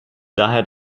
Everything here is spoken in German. daher